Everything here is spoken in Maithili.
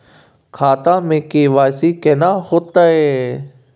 खाता में के.वाई.सी केना होतै?